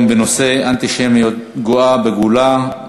אנחנו עוברים לנושא הבא הצעה לסדר-היום בנושא: אנטישמיות גואה בגולה: